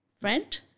friend